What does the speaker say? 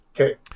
Okay